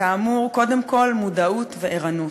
כאמור, קודם כול מודעות וערנות.